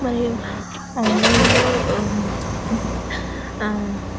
మరియు ఆన్లైన్లో